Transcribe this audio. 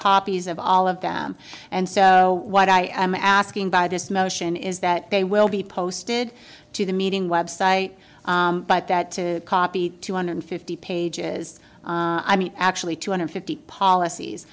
copies of all of them and so what i am asking by this motion is that they will be posted to the meeting website but that to copy two hundred fifty pages i mean actually two hundred fifty policies